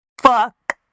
fuck